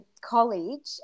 college